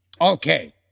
Okay